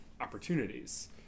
opportunities